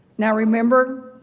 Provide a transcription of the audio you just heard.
now remember,